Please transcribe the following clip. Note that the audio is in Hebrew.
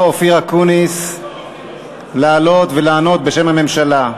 אופיר אקוניס לעלות ולענות בשם הממשלה.